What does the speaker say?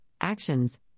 actions